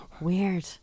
Weird